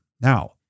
Now